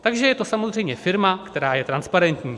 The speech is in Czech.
Takže je to samozřejmě firma, která je transparentní.